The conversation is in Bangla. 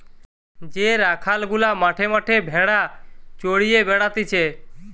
যে রাখাল গুলা মাঠে মাঠে ভেড়া চড়িয়ে বেড়াতিছে